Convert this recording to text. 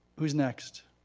who's next?